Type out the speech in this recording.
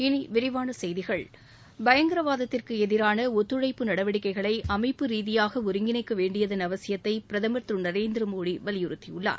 இனி விரிவான செய்திகள் பயங்கரவாதத்திற்கு எதிரான ஒத்துழைப்பு நடவடிக்கைகளை அமைப்பு ரீதியாக ஒருங்கிணைக்க வேண்டியதன் அவசியத்தை பிரதமர் திரு நரேந்திர மோடி வலியுறுத்தியுள்ளார்